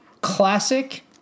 Classic